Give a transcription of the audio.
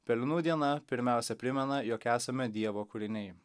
pelenų diena pirmiausia primena jog esame dievo kūriniai